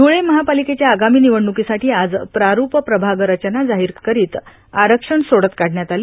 ध्रळे महापालिकेच्या आगामी निवडणुकीसाठी आज प्राठुप प्रभाग रचना जाहिर करीत आरक्षण सोडत काढण्यात आली